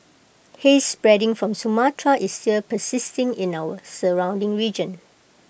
haze spreading from Sumatra is still persisting in our surrounding region